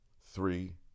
three